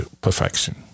perfection